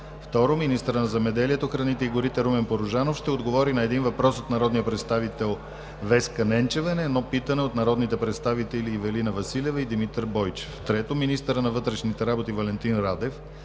2. Министърът на земеделието, храните и горите Румен Порожанов ще отговори на един въпрос от народния представител Веска Ненчева и на едно питане от народните представители Ивелина Василева и Димитър Бойчев. 3. Министърът на вътрешните работи Валентин Радев